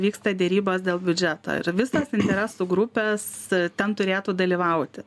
vyksta derybos dėl biudžeto ir visos interesų grupės ten turėtų dalyvauti